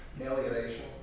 alienation